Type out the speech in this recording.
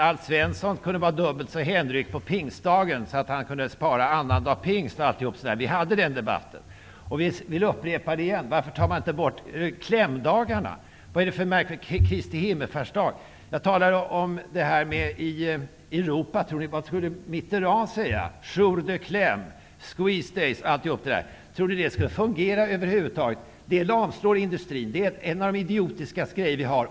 Alf Svensson kunde vara dubbelt så hänryckt på pingstdagen, så att han kunde avstå från annandag pingst. Vi hade den debatten, och jag vill upprepa det igen: Varför tar man inte bort klämdagarna? Vad är det för märkvärdigt med Kristi Himmelfärds dag? Jag har diskuterat detta ute i Europa. Vad tror ni Mitterrand skulle säga om ''jours de kläm'', ''squeeze days'' och alltihop det där? Tror ni att det över huvud taget skulle fungera? Klämdagar lamslår industrin. De är en av de mest idiotiska saker som vi har.